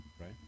right